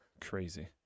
crazy